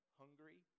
hungry